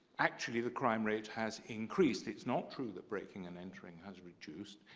actually the crime rate has increased. it's not true that breaking and entering has reduced.